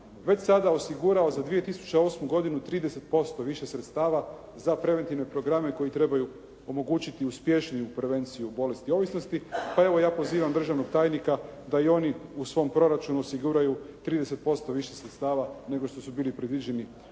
već sada osigurao za 2008. godinu 30% više sredstava za preventivne programe koji trebaju omogućiti uspješniju prevenciju bolesti ovisnosti, pa evo ja pozivam državnog tajnika da i oni u svom proračunu osiguraju 30% više sredstava nego što su bili predviđeni